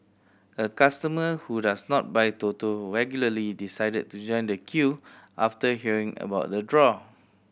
a customer who does not buy Toto regularly decided to join the queue after hearing about the draw